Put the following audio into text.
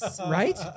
right